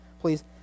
please